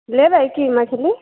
लेबै की मछली